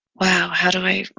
wow. how do i.